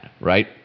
right